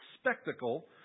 spectacle